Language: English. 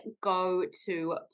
go-to